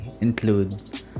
include